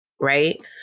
right